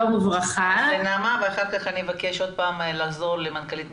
אבל צריך לעשות את זה לתקופה ארוכה יחסית כך שיתאפשר לו